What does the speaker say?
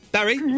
Barry